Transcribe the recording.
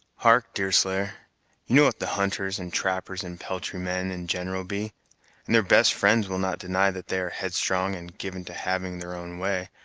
hark, deerslayer know what the hunters, and trappers, and peltry-men in general be and their best friends will not deny that they are headstrong and given to having their own way,